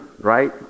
right